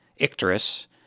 icterus